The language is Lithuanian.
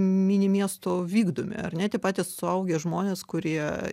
mini miesto vykdomi ar ne tie patys suaugę žmonės kurie